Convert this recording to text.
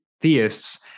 theists